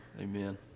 Amen